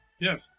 Yes